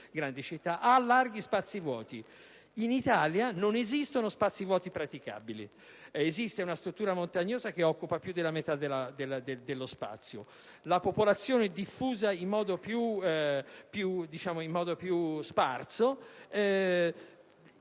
In Italia non esistono spazi vuoti praticabili. Esiste una struttura montagnosa che occupa più della metà dello spazio, la popolazione è diffusa in modo più sparso